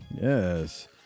Yes